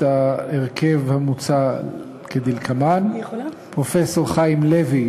ההרכב המוצע כדלקמן: פרופסור חיים לוי,